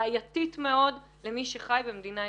בעייתית מאוד למי שחי במדינה אזרחית,